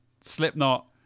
Slipknot